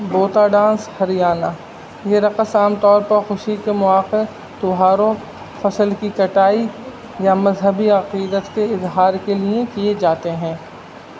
بوتا ڈانس ہریانہ یہ رقص عام طور پر خوشی کے مواقع تہواروں فصل کی کٹائی یا مذہبی عقیدت کے اظہار کے لیے کیے جاتے ہیں